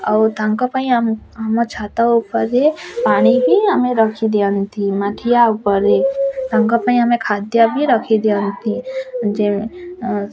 ଆଉ ତାଙ୍କ ପାଇଁ ଆମ ଆମ ଛାତ ଉପରେ ପାଣି ବି ଆମେ ରଖି ଦିଅନ୍ତି ମାଠିଆ ଉପରେ ତାଙ୍କ ପାଇଁ ଆମେ ଖାଦ୍ୟ ବି ରଖିଦିଅନ୍ତି ଯେଉଁ